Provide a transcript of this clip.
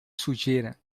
sujeira